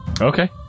Okay